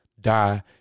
die